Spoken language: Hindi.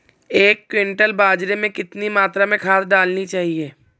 एक क्विंटल बाजरे में कितनी मात्रा में खाद डालनी चाहिए?